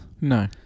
No